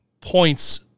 points